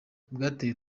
bwateye